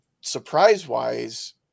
Surprise-wise